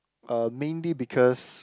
uh mainly because